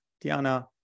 Diana